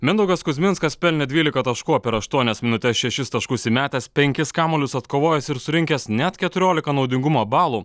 mindaugas kuzminskas pelnė dvyliką taškų per aštuonias minutes šešis taškus įmetęs penkis kamuolius atkovojęs ir surinkęs net keturioliką naudingumo balų